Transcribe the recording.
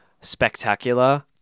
spectacular